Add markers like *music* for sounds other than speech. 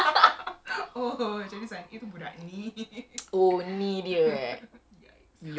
probably dia macam siapa then aku was like confirm tu kena instant block *laughs*